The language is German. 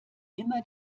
immer